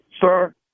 sir